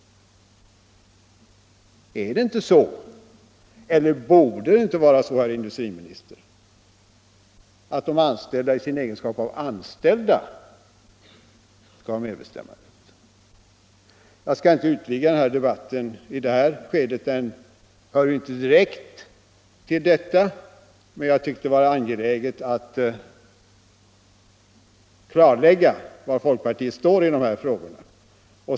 Är det inte så, eller borde det inte vara så, herr industriminister, att de anställda i sin egenskap av anställda skall ha medbestämmanderätt? Jag skall inte utvidga denna debatt i det här skedet. Den hör inte direkt till ämnet, men jag har tyckt att det varit angeläget att klarlägga var folkpartiet står i dessa frågor.